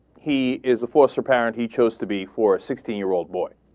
he is a foster parent he chose to be four sixteen year old boy